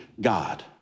God